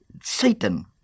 Satan